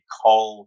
call